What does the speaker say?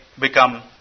become